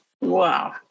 Wow